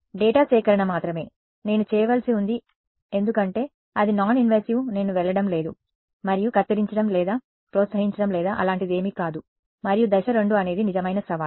data సేకరణ మాత్రమే నేను చేయవలసి ఉంది ఎందుకంటే అది నాన్ ఇన్వాసివ్ నేను వెళ్లడం లేదు మరియు కత్తిరించడం లేదా ప్రోత్సహించడం లేదా అలాంటిదేమీ కాదు మరియు దశ 2 అనేది నిజమైన సవాలు